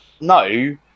no